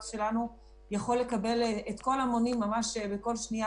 שלנו יכול לקבל את כל המונים ממש בכל שניה,